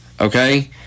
okay